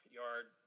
yard